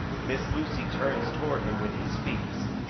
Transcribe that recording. miss lucy turns toward him when he speaks.